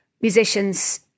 musicians